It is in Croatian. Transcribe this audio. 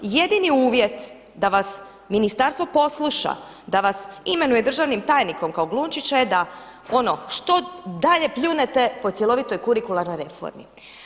Jedini uvjet da vas Ministarstvo posluša, da vas imenuje državnim tajnikom kao Glumčića je da ono što dalje pljunete po cjelovitoj kurikuralnoj reformi.